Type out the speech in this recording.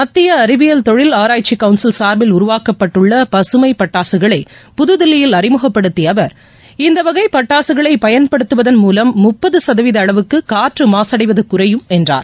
மத்திய அறிவியல் தொழில் ஆராய்ச்சி கவுன்சில் சார்பில் உருவாக்கப்பட்டுள்ள பசுமைப் பட்டாசுகளை புதுதில்லியில் அறிமுகப்படுத்திய அவர் இந்த வகை பட்டாசுகளை பயன்படுத்துவதன் மூலம் முப்பது சதவீத அளவுக்கு காற்று மாசடைவது குறையும் என்றார்